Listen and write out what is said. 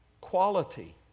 quality